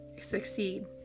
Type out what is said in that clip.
succeed